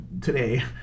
today